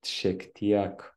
šiek tiek